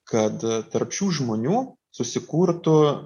kad tarp šių žmonių susikurtų